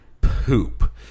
poop